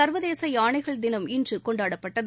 சர்வதேச யானை தினம் இன்று கொண்டாடப்பட்டது